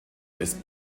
ist